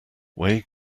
wake